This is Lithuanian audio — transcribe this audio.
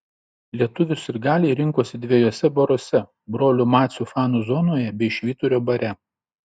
lietuvių sirgaliai rinkosi dviejuose baruose brolių macių fanų zonoje bei švyturio bare